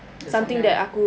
dia punya